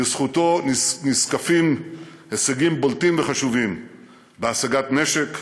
לזכותו נזקפים הישגים בולטים וחשובים בהשגת נשק,